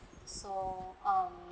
so um